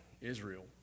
Israel